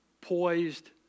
poised